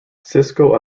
sisko